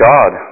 God